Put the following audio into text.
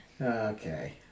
Okay